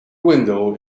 window